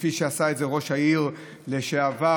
כפי שעשה את זה ראש העירייה לשעבר,